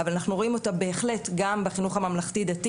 אבל אנחנו רואים אותה בהחלט גם בחינוך הממלכתי-דתי.